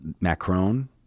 Macron